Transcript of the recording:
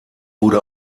wurde